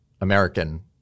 American